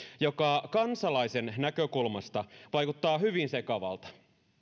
joka kansalaisten näkökulmasta vaikuttaa hyvin sekavalta